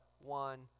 one